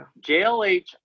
JLH